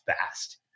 fast